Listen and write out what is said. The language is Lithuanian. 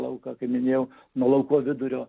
lauką kai minėjau nuo lauko vidurio